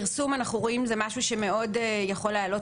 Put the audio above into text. אנחנו רואים שפרסום יכול מאוד להעלות